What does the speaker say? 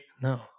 No